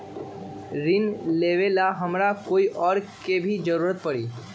ऋन लेबेला हमरा कोई और के भी जरूरत परी?